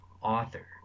author